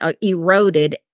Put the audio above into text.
eroded